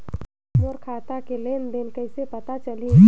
मोर खाता के लेन देन कइसे पता चलही?